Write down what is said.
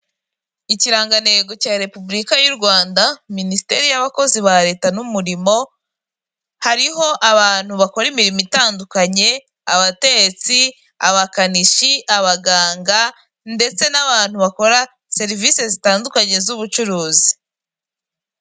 Ikirangantego cya repubulika y'u Rwanda minisiteri y'abakozi ba leta n'umurimo, hariho abantu bakora imirimo itandukanye, abatetsi, abakanishi, abaganga, ndetse n'abantu bakora serivisi zitandukanye z'ubucuruzi.